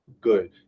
good